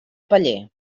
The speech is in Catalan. paller